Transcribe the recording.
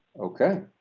okay.